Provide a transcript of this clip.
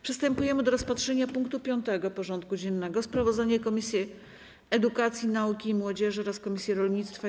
Przystępujemy do rozpatrzenia punktu 5. porządku dziennego: Sprawozdanie Komisji Edukacji, Nauki i Młodzieży oraz Komisji Rolnictwa i